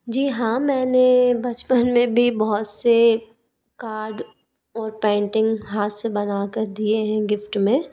जी हाँ मैंने बचपन में भी बहुत से कार्ड और पैंटिंग हाथ से बना कर दिए हैं गिफ्ट में